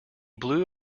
blew